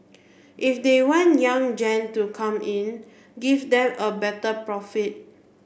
if they want young gen to come in give them a better profit